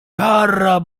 kara